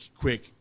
quick